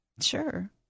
Sure